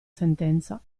sentenza